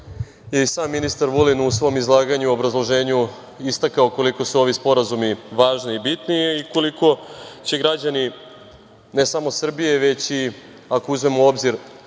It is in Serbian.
i sam ministar Vulin u svom izlaganju, obrazloženju istakao koliko se ovi sporazumi važni i bitni i koliko će građani, ne samo Srbije, već i ako uzmemo u obzir